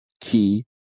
key